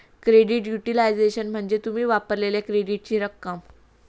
credit utilisation म्हणजे तुम्ही वापरलेल्यो क्रेडिटची रक्कम